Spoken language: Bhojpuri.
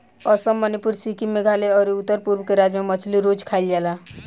असम, मणिपुर, सिक्किम, मेघालय अउरी उत्तर पूरब के राज्य में मछली रोज खाईल जाला